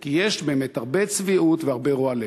כי יש באמת הרבה צביעות והרבה רוע לב.